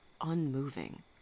Unmoving